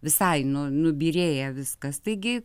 visai nu nubyrėję viskas taigi